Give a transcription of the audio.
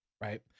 right